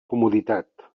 comoditat